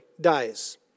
dies